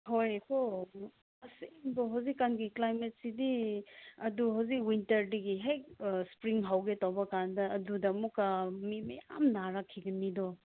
ꯍꯣꯏ ꯀꯣ ꯑꯁꯦꯡꯕ ꯍꯧꯖꯤꯛꯀꯥꯟꯒꯤ ꯀ꯭ꯂꯥꯏꯃꯦꯠꯁꯤꯗꯤ ꯑꯗꯨ ꯍꯧꯖꯤꯛ ꯋꯤꯟꯇꯔꯗꯒꯤ ꯍꯦꯛ ꯁ꯭ꯄꯔꯤꯡ ꯍꯧꯒꯦ ꯇꯧꯕꯀꯥꯟꯗ ꯑꯗꯨꯗ ꯑꯃꯨꯛꯀ ꯃꯤ ꯃꯌꯥꯝ ꯅꯥꯔꯛꯈꯤꯒꯅꯤꯗꯣ